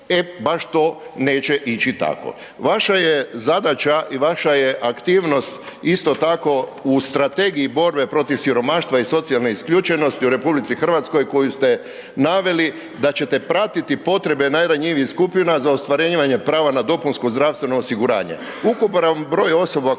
e baš to neće ići tako. Vaša je zadaća i vaša je aktivnost isto tako u strategiji borbe protiv siromaštva i socijalne isključenosti u RH koju ste naveli da ćete pratiti potrebe najranjivijih skupina za ostvarivanjem prava na dopunsko zdravstveno osiguranje. Ukupan broj osoba koje